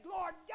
Lord